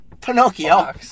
pinocchio